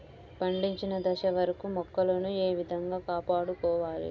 పండిన దశ వరకు మొక్కలను ఏ విధంగా కాపాడుకోవాలి?